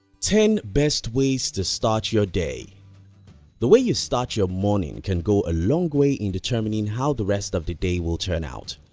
ten best ways to start your day the way you start your morning can go a long way in determining how the rest of the day will turn out.